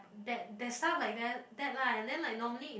that that stuff like that that lah and then like normally